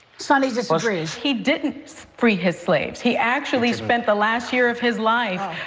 sunny disagrees. he didn't free his slaves. he actually spent the last year of his life,